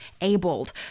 abled